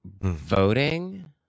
voting